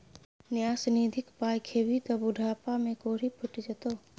न्यास निधिक पाय खेभी त बुढ़ापामे कोढ़ि फुटि जेतौ